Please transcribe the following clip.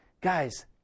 guys